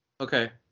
okay